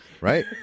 Right